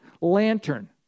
lantern